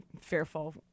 fearful